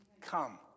Come